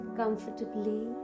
comfortably